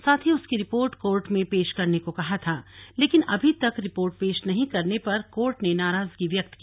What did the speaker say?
साथ ही उसकी रिपोर्ट कोर्ट में पेश करने को कहा था लेकिन अभी तक रिपोर्ट पेश नहीं करने पर कोर्ट ने नाराजगी व्यक्त की